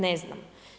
Ne znam.